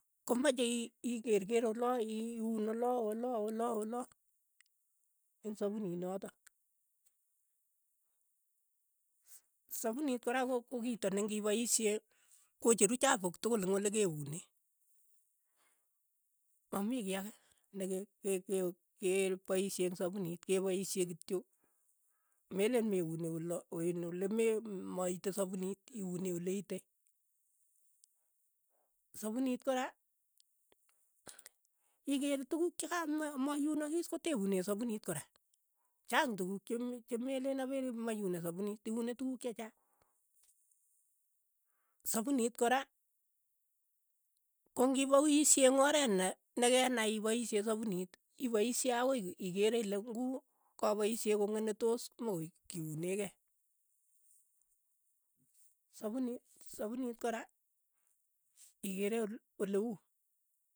Komachei ii ikeerkeer ola ii uun ola- ola- ola- ola, eng' sapunit notok, sapunit kora ko- kokiito ne ng'ipaishe kocheru chapuuk tokol eng' olekeunee, mamii kiy ake neke ke- ke- kepaishe eng' sapunit, kepaishe kityo meleen me unee ola iin ole me- maite sapunit, iunee ole ite, sapunit kora ikeere tukuk che ka ma- maiyunakiis koteunee sapunit kora, chaang tukuk che meleen apere maunii sapunit, iune tukuk che chaang, sapunit kora ko ng'ipaishe eng' oret ne- nekenai ipaishe sapunit, ipaishe akoi ii- ikeere ile ng'u kapaishe kong'et ne toos mokoi kiunee kei, sapuni sapuniit kora ikere ole- ole uu.